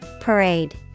Parade